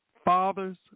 Fathers